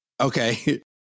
Okay